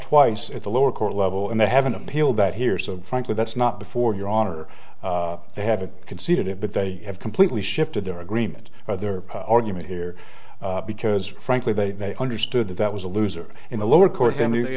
twice at the lower court level and they have an appeal that here so frankly that's not before your honor they haven't conceded it but they have completely shifted their agreement or their argument here because frankly they understood that that was a loser in the lower cour